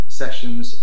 sessions